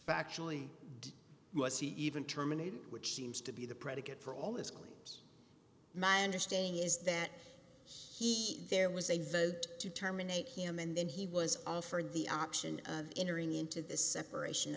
factually was he even terminated which seems to be the predicate for all its claims my understanding is that he there was a vote to terminate him and then he was offered the option of entering into the separation